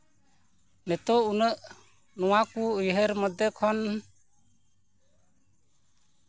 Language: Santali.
ᱱᱤᱛᱳᱜ ᱩᱱᱟᱹᱜ ᱱᱚᱣᱟ ᱠᱚ ᱩᱭᱦᱟᱹᱨ ᱢᱚᱫᱽᱫᱷᱮ ᱠᱷᱚᱱ